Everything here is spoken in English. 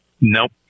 Nope